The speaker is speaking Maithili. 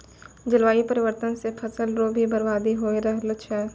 जलवायु परिवर्तन से फसल रो भी बर्बादी हो रहलो छै